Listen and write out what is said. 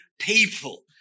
people